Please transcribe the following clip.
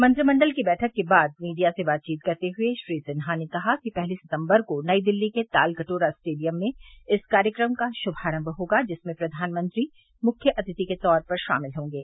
मंत्रिमंडल की बैठक के बाद मीडिया से बातचीत करते हए श्री सिन्हा ने कहा कि पहली सितम्बर को नई दिल्ली के तालकटोरा स्टेडियम में इस कार्यक्रम का शुभारंभ होगा जिसमें प्रधानमंत्री मुख्य अंतिथि के तौर पर शामिल होंगे